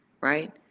right